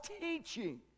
teaching